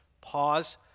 Pause